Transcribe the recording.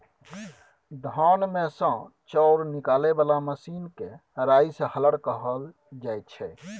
धान मे सँ चाउर निकालय बला मशीन केँ राइस हलर कहल जाइ छै